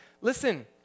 Listen